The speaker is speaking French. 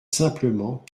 simplement